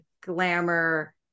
glamour